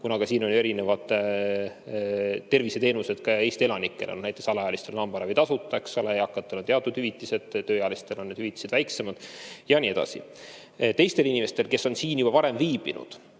kuna siin on erinevad terviseteenused ka Eesti elanikele. Näiteks on alaealistele hambaravi tasuta, eakatele on teatud hüvitised, tööealistel on hüvitised väiksemad ja nii edasi. Teistele inimestele, kes on siin juba varem viibinud,